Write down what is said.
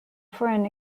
foreign